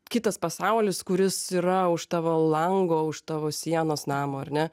kitas pasaulis kuris yra už tavo lango už tavo sienos namo ar ne